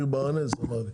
אותו.